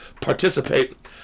participate